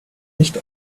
nicht